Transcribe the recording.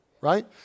right